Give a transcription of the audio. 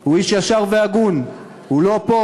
הוא איש ישר והגון, הוא לא פה.